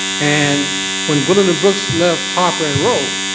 and when gwendolyn brooks left harper and row,